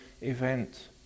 event